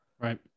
Right